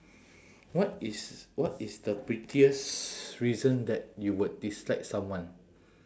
what is what is the pettiest reason that you would dislike someone